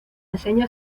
enseña